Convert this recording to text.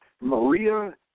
Maria